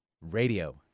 radio